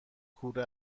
کوره